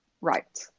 Right